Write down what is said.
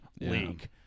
league